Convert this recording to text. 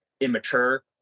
immature